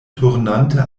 turnante